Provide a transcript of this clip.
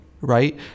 right